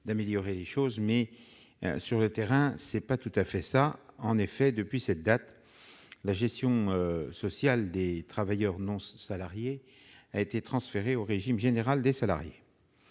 d'améliorer les choses, mais ce n'est pas tout à fait le cas sur le terrain. Depuis cette date, la gestion sociale des travailleurs non salariés a été transférée au régime général des salariés.